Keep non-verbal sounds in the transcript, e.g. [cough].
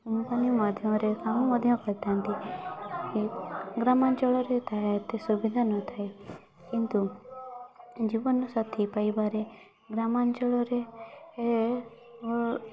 company ମାଧ୍ୟମରେ କାମ ମଧ୍ୟ କରିଥାନ୍ତି ଗ୍ରାମାଞ୍ଚଳରେ [unintelligible] ଏତେ ସୁବିଧା ନଥାଏ କିନ୍ତୁ ଜୀବନସାଥୀ ପାଇବାରେ ଗ୍ରାମାଞ୍ଚଳରେ